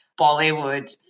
Bollywood